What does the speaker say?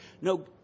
No